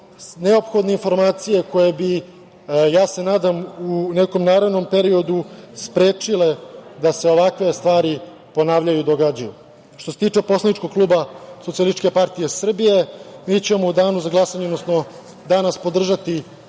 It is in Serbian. neophodne informacije koje bi, ja se nadam, u nekom narednom periodu sprečile da se ovakve stvari ponavljaju i događaju. Što se tiče poslaničkog kluba SPS, mi ćemo u danu za glasanje, odnosno danas, podržati